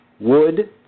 wood